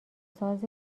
ساز